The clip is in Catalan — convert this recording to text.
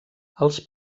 els